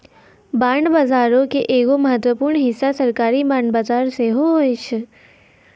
bond बजारो के एगो महत्वपूर्ण हिस्सा सरकारी बांड बजार सेहो होय छै